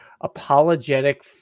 apologetic